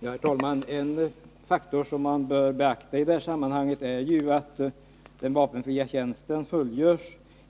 Herr talman! En faktor som man bör beakta i det här sammanhanget är att den vapenfria tjänsten fullgörs